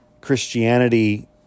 Christianity